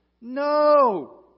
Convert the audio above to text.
No